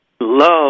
love